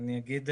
אני אגיד,